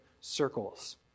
circles